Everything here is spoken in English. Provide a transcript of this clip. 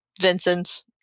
Vincent